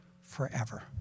forever